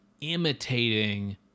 imitating